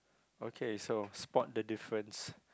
okay so spot the difference